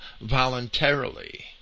voluntarily